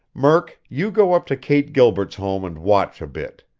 murk, you go up to kate gilbert's home and watch a bit.